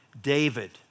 David